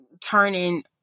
turning